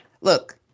look